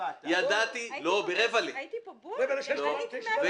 הייתי בזמן.